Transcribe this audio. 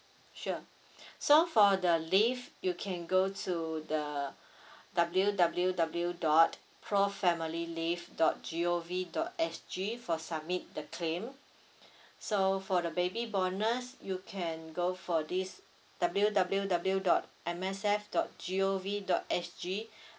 sure so for the leave you can go to the W W W dot pro family leave dot G O V dot S G for submit the claim so for the baby bonus you can go for this W W W dot M S F dot G O V dot S G